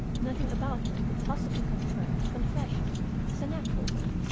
nothing about her could possibly confirm the confession as an actual one.